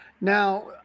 Now